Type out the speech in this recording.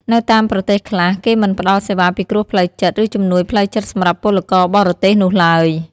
នៅតាមប្រទេសខ្លះ គេមិនផ្តល់សេវាពិគ្រោះផ្លូវចិត្ត ឬជំនួយផ្លូវចិត្តសម្រាប់ពលករបរទេសនោះឡើយ។